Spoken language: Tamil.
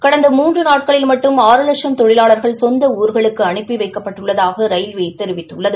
கடந்த மூன்று நாட்களில் மட்டும் ஆறு வடட்சும் தொழிலாளா்கள் சொந்த ஊா்களுக்கு அனுப்பி வைக்கப்பட்டுள்ளதாக அது கூறியுள்ளது